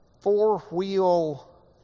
four-wheel